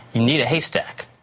you need a haystack.